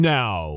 now